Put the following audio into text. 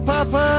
Papa